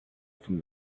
from